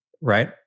right